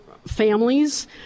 families